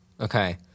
Okay